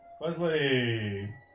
Wesley